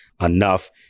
enough